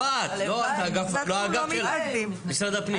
לא האגף שלך, משרד הפנים.